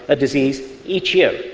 a disease, each year,